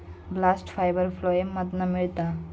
bast fibre phloem मधना मिळता